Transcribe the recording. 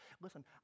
Listen